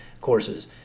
courses